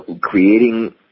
creating